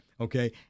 okay